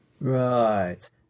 Right